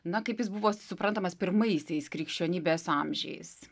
na kaip jis buvo suprantamas pirmaisiais krikščionybės amžiais